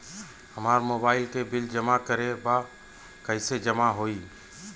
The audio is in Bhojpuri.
हमार मोबाइल के बिल जमा करे बा कैसे जमा होई?